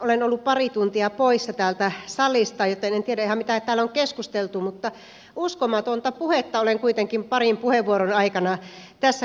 olen ollut pari tuntia poissa täältä salista joten en tiedä ihan mitä täällä on keskusteltu mutta uskomatonta puhetta olen kuitenkin parin puheenvuoron aikana tässä kuullut